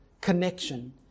connection